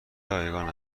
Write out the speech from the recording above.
رایگان